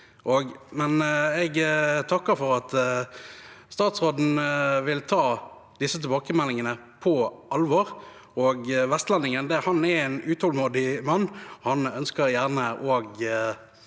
Jeg takker for at statsråden vil ta disse tilbakemeldingene på alvor. Vestlendingen er en utålmodig mann, og han ønsker gjerne å